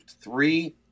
Three